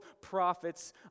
prophets